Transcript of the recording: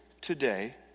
today